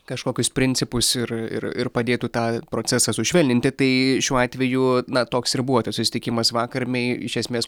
kažkokius principus ir ir ir padėtų tą procesą sušvelninti tai šiuo atveju na toks ir buvo tas susitikimas vakar mei iš esmės